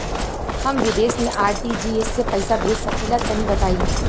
हम विदेस मे आर.टी.जी.एस से पईसा भेज सकिला तनि बताई?